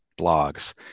blogs